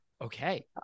okay